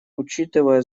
учитывая